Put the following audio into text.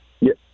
Yes